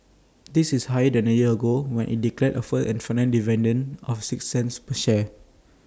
this is higher than A year ago when IT declared A first and final dividend of six cents per share